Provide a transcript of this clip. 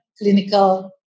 clinical